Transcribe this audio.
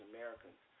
Americans